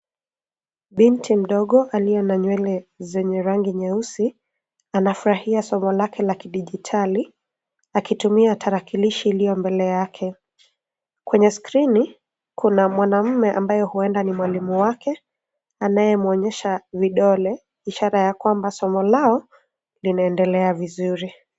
Binti mdogo aliye na nywele zenye rangi nyeusi anafurahia somo lake la kidijitali akitumia tarakilishi iliyo mbele yake. kwenye skrini kuna mwanamume ambaye huenda ni mwalimu wake anayemwonyesha vidole ishara ya kwamba somo lao linaendelea vizuri.